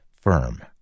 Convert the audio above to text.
firm